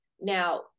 Now